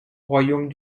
royaume